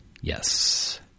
Yes